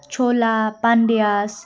Chola Pandyas